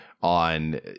on